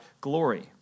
glory